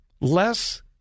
Less